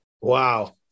Wow